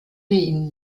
ihnen